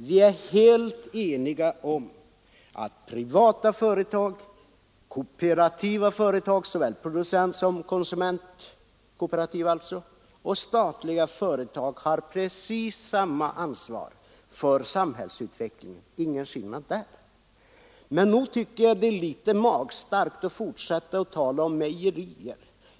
vi är helt eniga om att privata företag, kooperativa företag — såväl producentsom konsumentkooperativa — och statliga företag har precis samma ansvar för samhällsutvecklingen. Därvidlag är det ingen skillnad. Men nog tycker jag att det är litet magstarkt att fortsätta att tala om mejerierna.